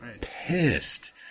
Pissed